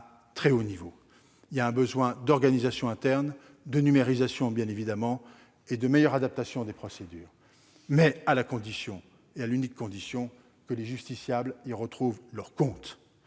très haut niveau. Il y a un besoin d'organisation interne, de numérisation, bien évidemment, et de meilleure adaptation des procédures, mais cela se fera à l'unique condition que les justiciables y retrouvent leur compte